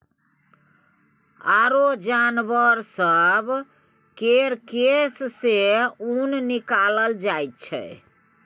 आरो जानबर सब केर केश सँ ऊन निकालल जाइ छै